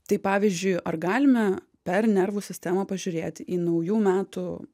tai pavyzdžiui ar galime per nervų sistemą pažiūrėt į naujų metų